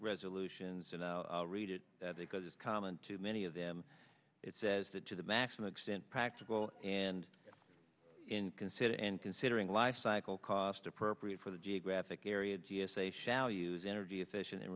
resolutions and i'll read it because it's common to many of them it says that to the maximum extent practical and in consider and considering life cycle cost appropriate for the geographic area g s a shall use energy efficient in